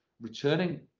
returning